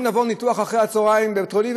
לעבור ניתוח אחר הצהריים בבית-חולים,